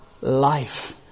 life